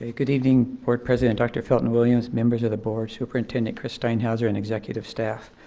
ah good evening board president dr. felton williams, members of the board, superintendent chris steinhauser, and executive staff.